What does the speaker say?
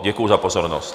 Děkuji za pozornost.